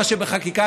מה שבחקיקה,